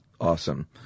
awesome